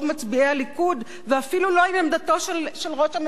ואפילו לא עם עמדתו של ראש הממשלה בנימין נתניהו.